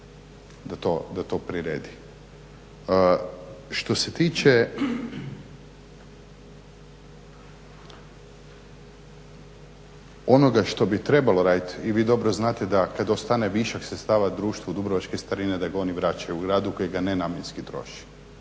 da to priredi. Što se tiče onoga što bi trebalo raditi i vi dobro znate kada ostane višak sredstava Društvu dubrovačke starine da ga oni vraćaju gradu kojega nenamjenski troši.